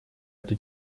эту